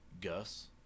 Gus